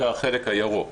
זה החלק הירוק.